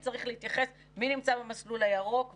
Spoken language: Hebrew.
הכנסת כדי לייצר איזושהי אינטגרציה שנותנת פתרונות במצב הפוליטי הזה,